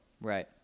Right